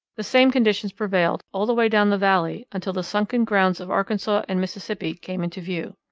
the same conditions prevailed all the way down the valley until the sunken grounds of arkansas and mississippi came into view.